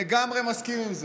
אני לגמרי מסכים עם זה,